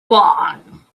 long